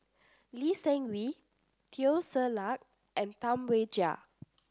Lee Seng Wee Teo Ser Luck and Tam Wai Jia